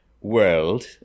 world